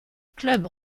club